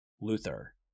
Luther